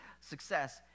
success